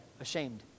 Ashamed